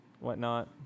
whatnot